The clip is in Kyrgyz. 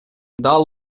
дал